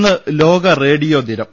ഇന്ന് ലോക റേഡിയോ ദിനം